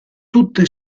tutte